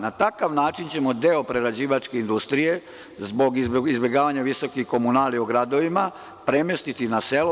Na takav način ćemo deo prerađivačke industrije, zbog izbegavanja visokih komunalija u gradovima, premestiti na selo.